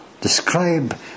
describe